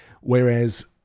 Whereas